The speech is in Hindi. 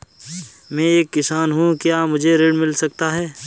मैं एक किसान हूँ क्या मुझे ऋण मिल सकता है?